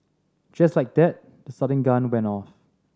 just like that the starting gun went off